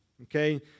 Okay